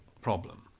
problem